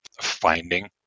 finding